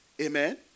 Amen